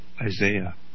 Isaiah